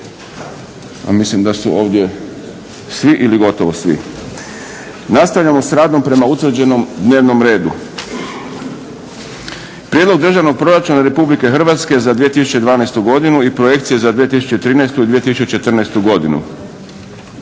a mislim da su ovdje svi ili gotovo svi. Nastavljamo s radom prema utvrđenom dnevnom redu. - Prijedlog Državnog proračuna Republike Hrvatske za 2012.godinu i projekcije za 2013. i 2014. godinu,